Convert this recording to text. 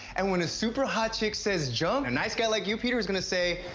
and when a super-hot chick says, jump a nice guy like you, peter, is gonna say,